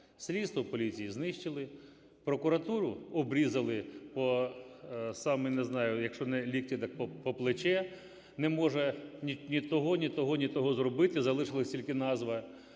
Слідство в поліції знищили. Прокуратуру обрізали по самі, не знаю, якщо не лікті, так по плече, не може ні того, ні того, ні того зробити, залишилась тільки назва.